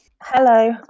Hello